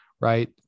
right